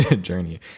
journey